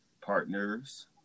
partners